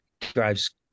drives